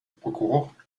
прокурор